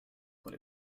put